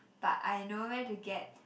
but I know where to get